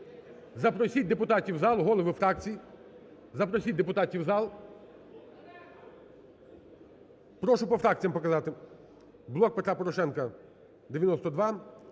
запросіть депутатів у зал. Голови фракцій, запросіть депутатів у зал. Прошу по фракціям показати. "Блок Петра Порошенка" –